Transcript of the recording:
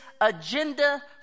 agenda